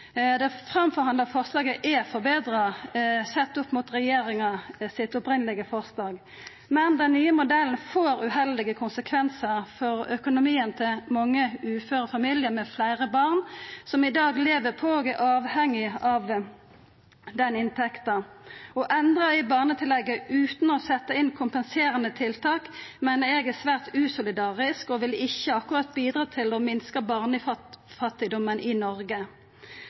Det framforhandla forslaget er forbetra sett opp mot regjeringa sitt opphavelege forslag, men den nye modellen får uheldige konsekvensar for økonomien til mange uføre familiar med fleire barn som i dag lever på og er avhengige av den inntekta. Å endra i barnetillegget utan å setja inn kompenserande tiltak meiner eg er svært usolidarisk og vil ikkje akkurat bidra til å minska barnefattigdommen i Noreg.